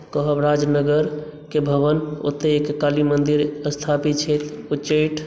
कहब राजनगरके भवन ओतहिके काली मन्दिर स्थापित छथि उच्चैठ